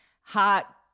hot